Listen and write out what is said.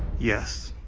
yes.